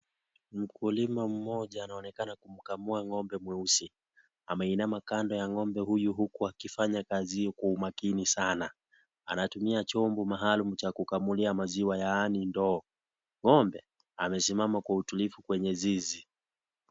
Mkulima mmojanaonekana kukamua ng'ombe mweusi, ameinama kando ya ngombe huyu huku akifanya kazi hiyo kwa umakini Sana, anatunia chombo maalum cha kukamulia maziwa yaani ndoo. Ng'ombe amesimama kwa utulifu kwenye zizi.